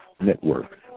Network